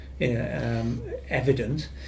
evident